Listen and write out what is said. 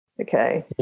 okay